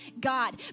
God